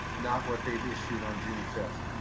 not what they've issued on june fifth.